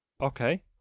Okay